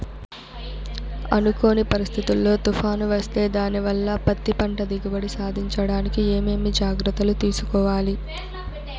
అనుకోని పరిస్థితుల్లో తుఫాను వస్తే దానివల్ల పత్తి పంట దిగుబడి సాధించడానికి ఏమేమి జాగ్రత్తలు తీసుకోవాలి?